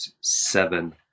seven